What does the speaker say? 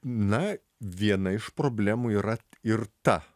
na viena iš problemų yra ir ta